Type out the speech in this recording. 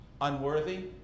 unworthy